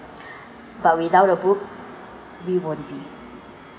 but without a book we won't be